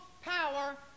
power